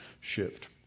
shift